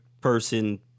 person